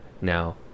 Now